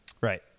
Right